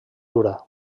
dura